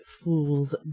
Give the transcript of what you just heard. fool's